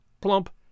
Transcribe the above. plump